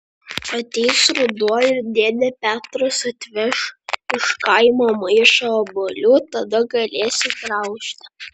ateis ruduo ir dėdė petras atveš iš kaimo maišą obuolių tada galėsi graužti